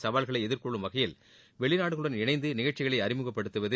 சவால்களை வகையில் வெளிநாடுகளுடன் இணைந்து நிகழ்ச்சிகளை அறிமுகப்படுத்துவது